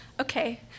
Okay